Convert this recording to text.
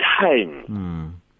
time